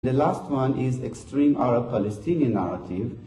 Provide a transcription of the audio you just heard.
והאחרון הוא נרטיב פלסטיני ערבי קיצוני.